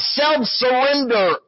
self-surrender